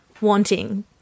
wanting